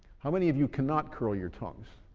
how many of you cannot curl your tongues?